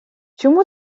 чому